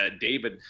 David